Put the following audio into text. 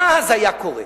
מה אז היה קורה?